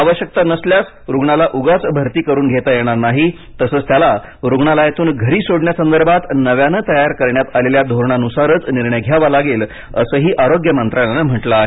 आवश्यकता नसल्यास रुग्णाला उगाच भरती करून घेता येणार नाही तसच त्याला रुग्णालयातून घरी सोडण्यासंदर्भात नव्याने तयार करण्यात आलेल्या धोरणानुसारच निर्णय घ्यावा लागेल असं आरोग्य मंत्रालयाने म्हंटल आहे